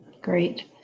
great